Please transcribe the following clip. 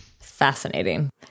Fascinating